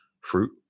fruit